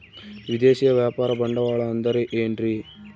ವಿದೇಶಿಯ ವ್ಯಾಪಾರ ಬಂಡವಾಳ ಅಂದರೆ ಏನ್ರಿ?